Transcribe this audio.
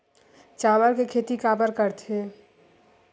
चावल के खेती काबर करथे?